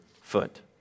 foot